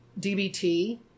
DBT